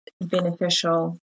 beneficial